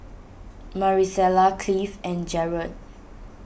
Maricela Cliff and Jarod